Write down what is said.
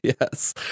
Yes